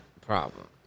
problem